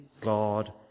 God